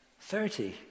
thirty